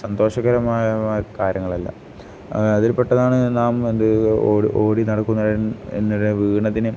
സന്തോഷകരമായ കാര്യങ്ങളല്ല അതിൽ പെട്ടതാണ് നാം എന്ത് ഓടി നടക്കുന്ന എന്ന വീണതിന്